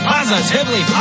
Positively